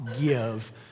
give